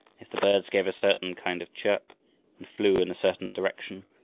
if the birds gave a certain kind of chirp and flew in a certain direction,